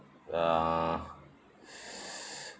uh